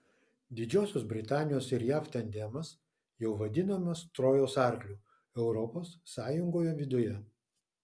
didžiosios britanijos ir jav tandemas jau vadinamas trojos arkliu europos sąjungoje viduje